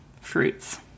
fruits